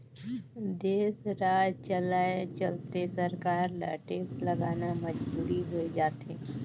देस, राज चलाए चलते सरकार ल टेक्स लगाना मजबुरी होय जाथे